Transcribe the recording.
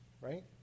right